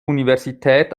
universität